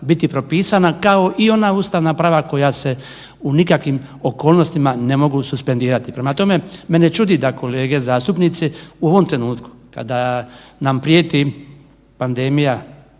biti propisana kao i ona ustavna prava koja se u nikakvim okolnostima ne mogu suspendirati. Prema tome, mene čudi da kolege zastupnici u ovom trenutku kada nam prijeti pandemija